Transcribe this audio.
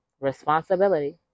Responsibility